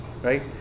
right